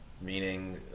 meaning